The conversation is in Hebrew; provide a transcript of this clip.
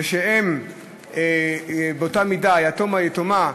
ושהם באותה מידה, היתום והיתומה,